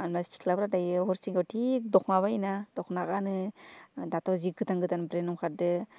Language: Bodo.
मानोना सिख्लाफ्रा दायो हसथिगथि दख'ना बाइयोना दख'ना गानो दाथ' जि गोदान गोदान ब्रेन्ड ओंखारदों